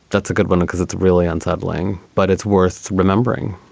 that's a good one because it's really unsettling, but it's worth remembering.